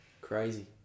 crazy